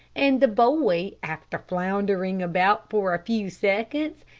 and the boy, after floundering about for a few seconds,